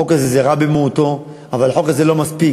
החוק הזה הוא הרע במיעוטו, אבל החוק הזה לא מספיק.